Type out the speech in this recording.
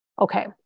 okay